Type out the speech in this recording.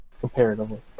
Comparatively